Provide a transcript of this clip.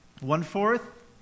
One-fourth